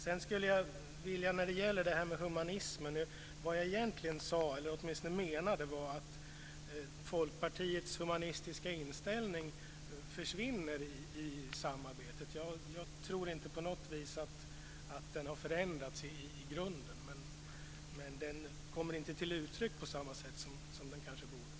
Men, som sagt, det får vi återkomma till. Vad jag egentligen sade, eller åtminstone menade, när jag talade om humanismen var att Folkpartiets humanistiska inställning försvinner i samarbetet. Jag tror inte att den på något vis har förändrats i grunden, men den kommer inte till uttryck på samma sätt som den kanske borde.